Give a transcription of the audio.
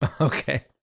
okay